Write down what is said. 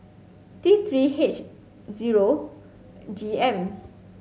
T three H zero G M